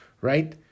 right